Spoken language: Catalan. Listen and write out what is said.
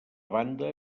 banda